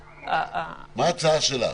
מה ההצעה שלך?